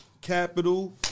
capital